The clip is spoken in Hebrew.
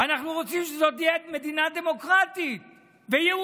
אנחנו רוצים שזו תהיה מדינה דמוקרטית ויהודית.